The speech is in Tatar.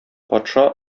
патша